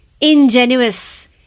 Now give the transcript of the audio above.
ingenuous